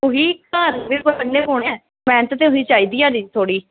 ते घर बी पढ़ना पौना ऐ ते मैह्नत करनी चाहिदी थोहड़ी